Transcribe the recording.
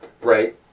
right